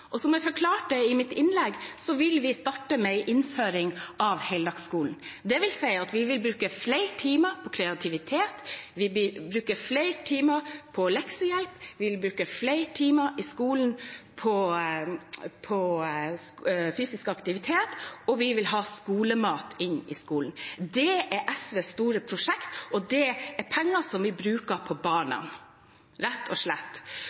Og som jeg forklarte i mitt innlegg, vil vi starte med en innføring av heldagsskolen. Det vil si at vi vil bruke flere timer på kreativitet, vi vil bruke flere timer på leksehjelp, vi vil bruke flere timer i skolen på fysisk aktivitet, og vi vil ha skolemat inn i skolen. Det er SVs store prosjekt, og det er penger som vi bruker på barna, rett og slett.